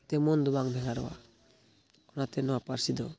ᱛᱮᱢᱚᱱ ᱫᱚ ᱵᱟᱝ ᱵᱷᱮᱜᱟᱨᱚᱜᱼᱟ ᱚᱱᱟᱛᱮ ᱱᱚᱣᱟ ᱯᱟᱹᱨᱥᱤ ᱫᱚ